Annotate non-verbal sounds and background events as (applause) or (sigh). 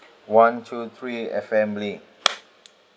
one two three F&B (noise)